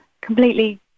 completely